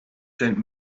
sent